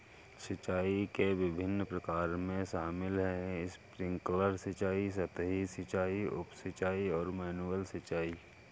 सिंचाई के विभिन्न प्रकारों में शामिल है स्प्रिंकलर सिंचाई, सतही सिंचाई, उप सिंचाई और मैनुअल सिंचाई